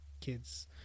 kids